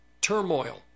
turmoil